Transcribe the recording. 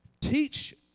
teach